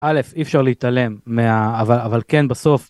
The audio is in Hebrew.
א', אי אפשר להתעלם מה אבל אבל כן בסוף.